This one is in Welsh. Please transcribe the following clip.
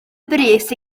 brys